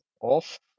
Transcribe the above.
off